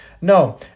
No